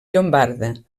llombarda